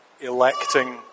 electing